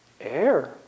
air